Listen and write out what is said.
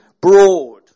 broad